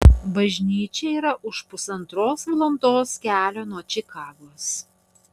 bažnyčia yra už pusantros valandos kelio nuo čikagos